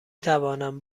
توانم